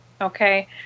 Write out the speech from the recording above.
Okay